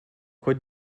кот